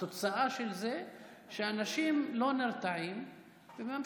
התוצאה של זה היא שאנשים לא נרתעים וממשיכים.